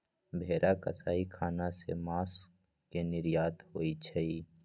भेरा कसाई ख़ना से मास के निर्यात होइ छइ